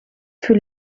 für